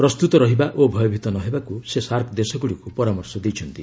ପ୍ରସ୍ତୁତ ରହିବା ଓ ଭୟଭୀତ ନହେବାକୁ ସେ ସାର୍କ ଦେଶଗୁଡ଼ିକୁ ପରାମର୍ଶ ଦେଇଛନ୍ତି